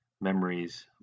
memories